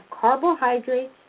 carbohydrates